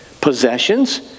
possessions